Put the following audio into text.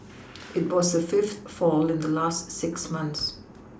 it was the fifth fall in the last six months